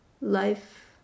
life